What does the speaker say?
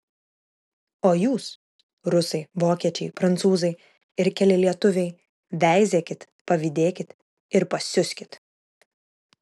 o jūs rusai vokiečiai prancūzai ir keli lietuviai veizėkit pavydėkit ir pasiuskit